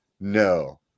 no